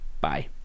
Bye